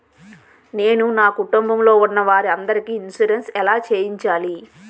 నేను నా కుటుంబం లొ ఉన్న వారి అందరికి ఇన్సురెన్స్ ఎలా చేయించాలి?